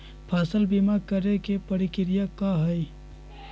फसल बीमा करे के प्रक्रिया का हई?